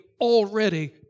already